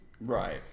Right